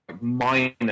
minor